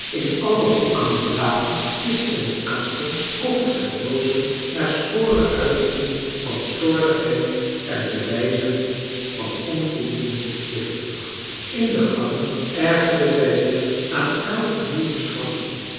in alle hoeken en gaten kisten en kasten koffers en doozen naar sporen uit te zien van slordigheid en bewijzen van onvoldoende plichtbetrachting in de gangen ergerde zij zich aan elk nieuw schrapje